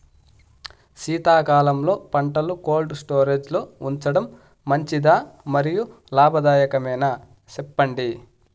శీతాకాలంలో పంటలు cold storage లో ఉంచడం మంచిదా? మరియు లాభదాయకమేనా, సెప్పండి